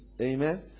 Amen